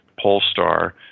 Polestar